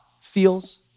feels